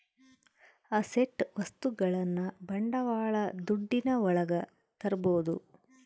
asset ವಸ್ತುಗಳನ್ನ ಬಂಡವಾಳ ದುಡ್ಡಿನ ಒಳಗ ತರ್ಬೋದು